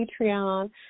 Patreon